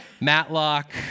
Matlock